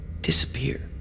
disappear